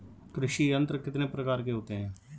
कृषि यंत्र कितने प्रकार के होते हैं?